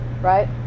right